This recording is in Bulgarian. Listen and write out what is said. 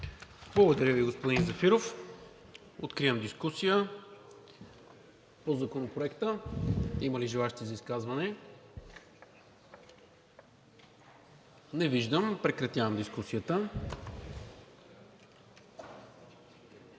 Благодаря Ви, господин Зафиров. Откривам дискусия по Законопроекта. Има ли желаещи за изказване? Не виждам. Прекратявам дискусията.